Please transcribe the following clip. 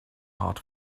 hard